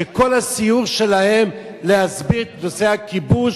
שכל הסיור שלהם זה להסביר את נושא הכיבוש,